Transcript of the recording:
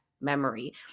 memory